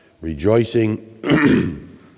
rejoicing